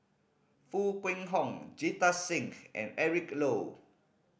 Foo Kwee Horng Jita Singh and Eric Low